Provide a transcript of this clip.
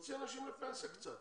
תוציא אנשים לפנסיה קצת.